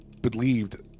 believed